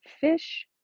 fish